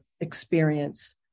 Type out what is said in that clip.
experience